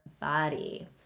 body